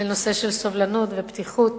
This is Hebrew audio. לנושא של סובלנות ופתיחות